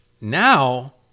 Now